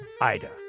Ida